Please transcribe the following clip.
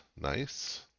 Nice